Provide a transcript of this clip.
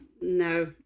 no